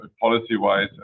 policy-wise